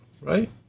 right